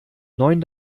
neun